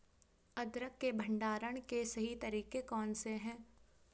अदरक के भंडारण के सही तरीके कौन से हैं?